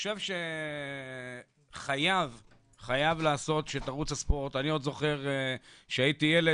אני עוד זוכר שכשהייתי ילד,